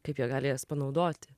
kaip jie galės panaudoti